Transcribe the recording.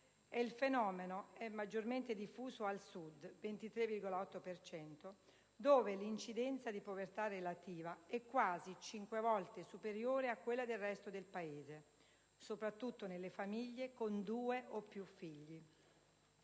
Il fenomeno è maggiormente diffuso al Sud, con una percentuale pari al 23,8 per cento, dove l'incidenza di povertà relativa è quasi cinque volte superiore a quella del resto del Paese, soprattutto nelle famiglie con due o più figli.